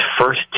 first